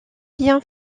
bien